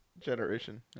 generation